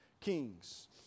kings